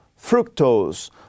fructose